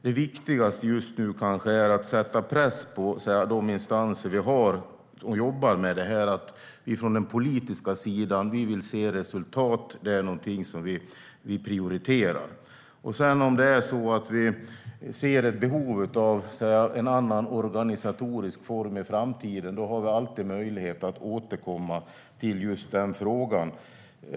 Det viktigaste just nu är kanske att sätta press på de instanser som jobbar med detta att vi från den politiska sidan vill se resultat och att det är någonting som vi prioriterar. Om vi i framtiden ser ett behov av en annan organisatorisk form har vi alltid möjlighet att återkomma till just den frågan.